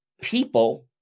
people